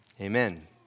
Amen